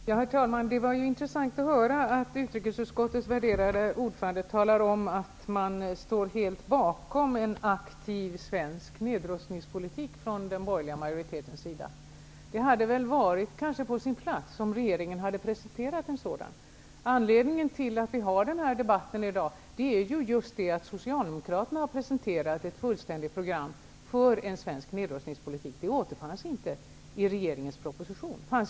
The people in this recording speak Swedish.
Herr talman! Det var intressant att höra utrikesutskottets värderade ordförande tala om att den borgerliga majoriteten står helt bakom en aktiv svensk nedrustningspolitik. Det hade kanske varit på sin plats om regeringen hade presenterat en sådan. Anledningen till att vi har den här debatten i dag är just att Socialdemokraterna har presenterat ett fullständigt program för en svensk nedrustningspolitik. Det återfanns inte i regeringens proposition.